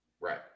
Right